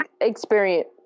experience